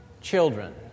children